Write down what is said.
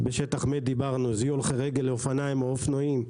בשטח מת, זיהוי הולכי רגל לאופניים או אופנועים,